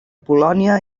polònia